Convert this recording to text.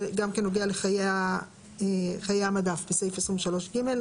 זה גם כן נוגע לחיי המדף בסעיף 23(ג).